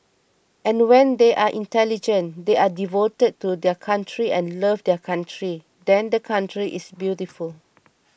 and when they are intelligent they are devoted to their country and love their country then the country is beautiful